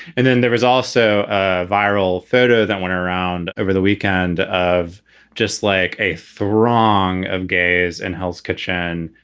and then there was also a viral photo that went around over the weekend of just like a throng of gays in hell's kitchen,